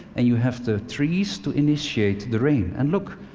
and you have the trees to initiate the rain. and look,